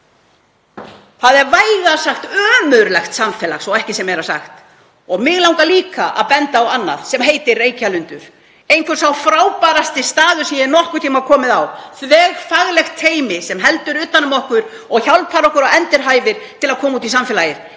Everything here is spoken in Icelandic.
Það er vægast sagt ömurlegt samfélag svo ekki sé meira sagt. Mig langar líka að benda á stað sem heitir Reykjalundur, einhver sá frábærasti staður sem ég hef nokkurn tímann komið á. Þar er þverfaglegt teymi sem heldur utan um okkur og hjálpar okkur og endurhæfir svo að við komumst út í samfélagið.